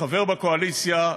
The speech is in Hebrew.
כחבר בקואליציה,